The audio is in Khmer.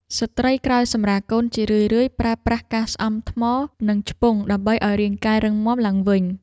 ស្ត្រីក្រោយសម្រាលកូនជារឿយៗប្រើប្រាស់ការស្អំថ្ម និងឆ្ពង់ដើម្បីឱ្យរាងកាយរឹងមាំឡើងវិញ។